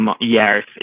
years